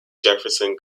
jefferson